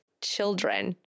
children